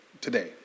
today